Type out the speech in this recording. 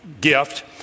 gift